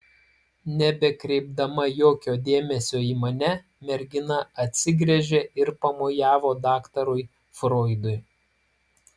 nebekreipdama jokio dėmesio į mane mergina atsigręžė ir pamojavo daktarui froidui